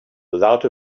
without